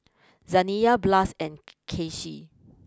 Zaniyah Blas and Kacie